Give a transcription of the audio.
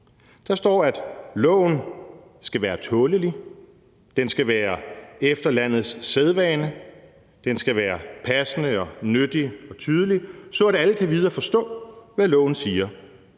Der står, at loven skal være »tålelig, efter landets sædvane, passende og nyttig og tydelig, så at alle kan vide og forstå, hvad loven siger.